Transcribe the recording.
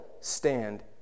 stand